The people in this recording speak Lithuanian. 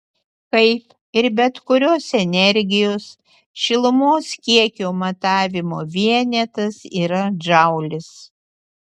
kaip ir bet kurios energijos šilumos kiekio matavimo vienetas yra džaulis